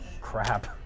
crap